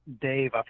Dave